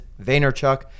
Vaynerchuk